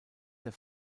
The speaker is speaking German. der